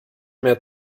mehr